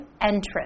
entrance